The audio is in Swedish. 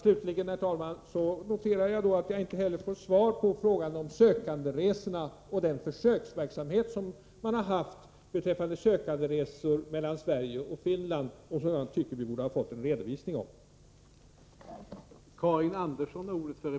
Slutligen, herr talman, noterar jag att jag inte heller fått svar på frågan om sökanderesorna och den försöksverksamhet som vi haft med sökanderesor mellan Sverige och Finland och som jag tycker vi borde ha fått en redovisning för.